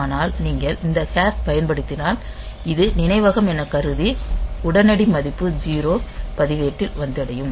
ஆனால் நீங்கள் இந்த ஹாஷ் பயன்படுத்தினால் இது நினைவகம் எனக்கருதி உடனடி மதிப்பு 0 பதிவேட்டில் வந்தடையும்